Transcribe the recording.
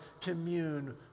commune